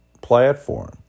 platform